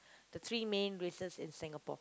the three main races in Singapore